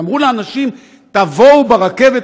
אמרו לאנשים: תבואו ברכבת,